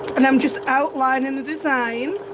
and i'm just outlining the design